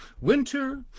winter